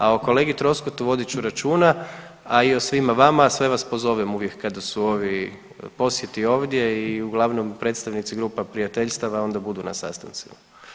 A o kolegi Troskotu vodit ću računa, a i o svima vama, sve vas pozovem uvijek kada su ovi posjeti ovdje i uglavnom predstavnici grupa prijateljstava onda budu na sastancima.